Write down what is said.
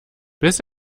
bis